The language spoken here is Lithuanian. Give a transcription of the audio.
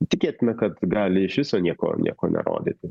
tikėtina kad gali iš viso nieko nieko nerodyti